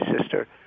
sister